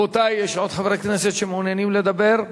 רבותי, יש עוד חברי כנסת שמעוניינים לדבר?